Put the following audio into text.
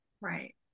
right